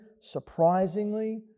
surprisingly